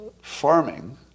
farming